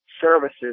Services